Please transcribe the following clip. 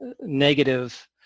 negative